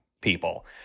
people